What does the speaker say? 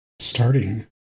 starting